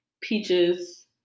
peaches